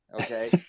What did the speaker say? okay